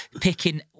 picking